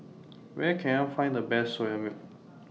Where Can I Find The Best Soya Milk